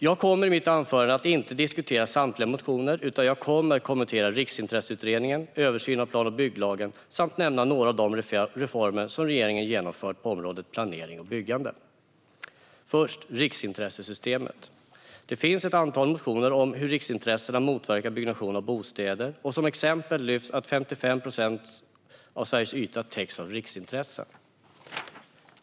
Jag tänker inte diskutera samtliga motioner i mitt anförande utan kommer att kommentera Riksintresseutredningen, översynen av plan och bygglagen samt nämna några av de reformer som regeringen genomfört på området planering och byggande. För det första: Vad gäller riksintressesystemet finns det ett antal motioner om hur riksintressena motverkar byggnation av bostäder. Som exempel lyfts upp att 55 procent av Sveriges yta täcks av riksintressen.